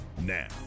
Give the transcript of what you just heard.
Now